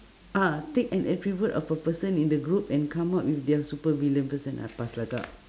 ah take an attribute of a person in the group and come up with their supervillain person uh pass lah kak